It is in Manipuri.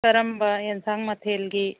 ꯀꯔꯝꯕ ꯑꯦꯟꯁꯥꯡ ꯃꯊꯦꯜꯒꯤ